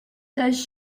does